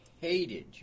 hated